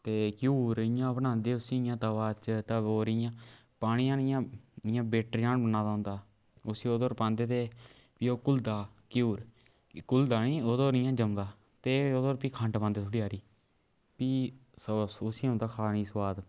ते घ्यूर इ'यां बनांदे उसी इ'यां तवे च तवो र इ'यां पानी जन इ'यां इ'यां वेटर जन बनाए दा होंदा उसी ओह्दो'र पांदे ते फ्ही ओह् घुलदा घ्यूर घुलदा नी ओह्दो र इ'यां जमदा ते ओह्दो'रे फ्ही खंड पांदे थोह्ड़ी हारी फ्ही उसी औंदा खाने ई सोआद